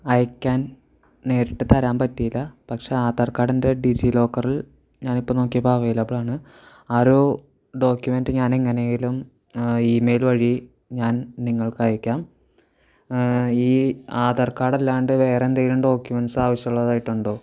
അയക്കാൻ നേരിട്ട് തരാൻ പറ്റിയില്ല പക്ഷെ ആധാർ കാർഡിൻ്റെ ഡിജി ലോക്കർ ഞാനിപ്പോള് നോക്കിയപ്പോള് അവൈലബിൾ ആണ് ആ ഒരു ഡോക്യുമെൻ്റ് ഞാന് എങ്ങനെയേലും ഇ മെയിൽ വഴി ഞാൻ നിങ്ങൾക്ക് അയക്കാം ഈ ആധാർ കാർഡ് അല്ലാണ്ട് വേറെ എന്തെങ്കിലും ഡോക്യുമെൻ്റ്സ് ആവശ്യം ഉള്ളതായിട്ടുണ്ടോ